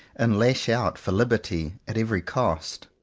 and lash out for liberty at every cost.